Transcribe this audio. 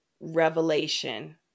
revelation